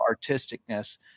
artisticness